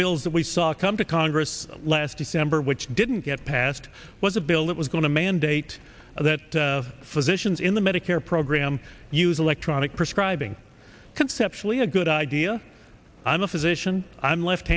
bills that we saw come to congress last december which didn't get passed was a bill that was going to mandate that physicians in the medicare program use electronic prescribing conceptually a good idea i'm a physician i'm left